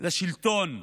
לשלטון: